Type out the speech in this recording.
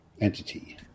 entity